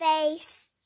face